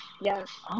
Yes